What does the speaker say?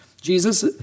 Jesus